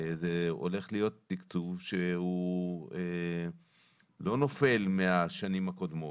זה הולך להיות תקצוב שלא נופל מהשנים הקודמות.